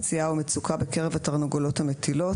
פציעה או מצוקה בקרב התרנגולות המטילות.